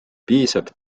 piisab